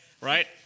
right